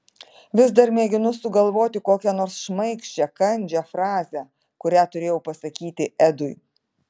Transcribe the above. vis dar mėginu sugalvoti kokią nors šmaikščią kandžią frazę kurią turėjau pasakyti edui